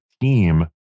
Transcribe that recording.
team